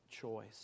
choice